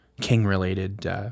king-related